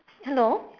hello